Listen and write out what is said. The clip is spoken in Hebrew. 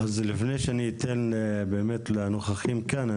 לפני שאני אתן לנוכחים כאן,